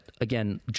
again